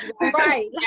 Right